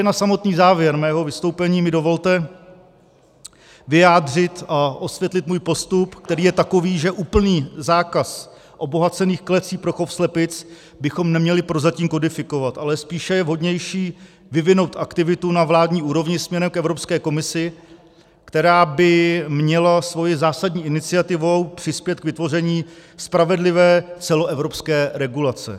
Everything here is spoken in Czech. Na samotný závěr mého vystoupení mi dovolte vyjádřit a osvětlit můj postup, který je takový, že úplný zákaz obohacených klecí pro chov slepic bychom neměli prozatím kodifikovat, ale spíše je vhodnější vyvinout aktivitu na vládní úrovni směrem k Evropské komisi, která by měla svou zásadní iniciativou přispět k vytvoření spravedlivé celoevropské regulace.